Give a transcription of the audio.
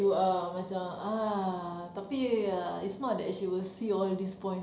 you are macam ah tapi ah it's not that she will see all this point